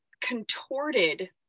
contorted